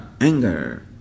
anger